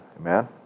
Amen